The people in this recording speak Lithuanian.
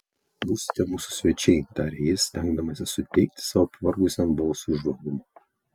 būsite mūsų svečiai tarė jis stengdamasis suteikti savo pavargusiam balsui žvalumo